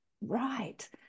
right